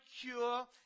cure